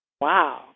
Wow